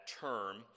term